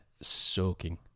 soaking